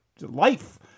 life